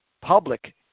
public